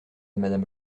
madame